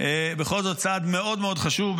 בכל זאת הוא צעד מאוד מאוד חשוב,